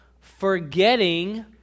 forgetting